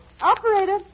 Operator